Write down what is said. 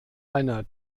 einer